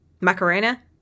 Macarena